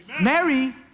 Mary